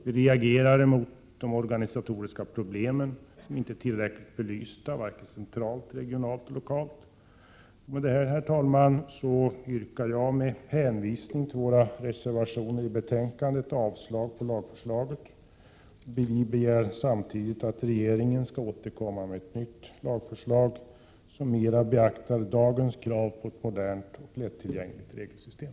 Vi reagerar också mot att de organisatoriska problemen inte är tillräckligt belysta och det gäller då centralt, regionalt och lokalt. Med detta yrkar jag bifall till våra reservationer, som innebär ett avslag på lagförslaget. Samtidigt begär vi att regeringen skall återkomma med ett nytt lagförslag som mera beaktar dagens krav på ett modernt och lättillgängligt regelsystem.